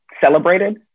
celebrated